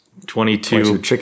22